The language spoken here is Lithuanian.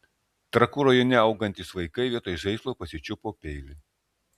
trakų rajone augantys vaikai vietoj žaislo pasičiupo peilį